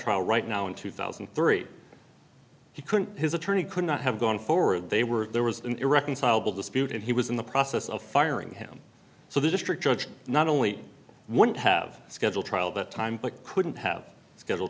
trial right now in two thousand and three he couldn't his attorney could not have gone forward they were there was an irreconcilable dispute it he was in the process of firing him so the district judge not only wouldn't have scheduled trial but time but couldn't have scheduled